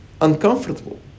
uncomfortable